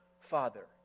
father